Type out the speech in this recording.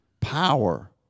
Power